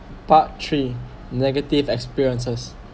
part three negative experiences